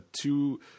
two